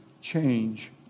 change